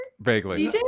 vaguely